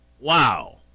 Wow